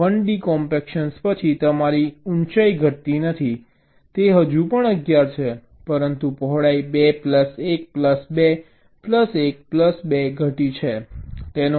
તેથી 1d compaction પછી તમારી ઊંચાઈ ઘટતી નથી તે હજુ પણ 11 છે પરંતુ પહોળાઈ 2 પ્લસ 1 પ્લસ 2 પ્લસ 1 પ્લસ 2 ઘટી છે તેનો મતલબ 8 છે